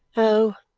oh,